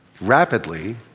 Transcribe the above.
rapidly